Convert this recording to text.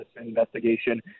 investigation